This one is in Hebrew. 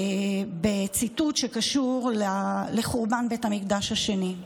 בציטוט שקשור לחורבן בית המקדש השני: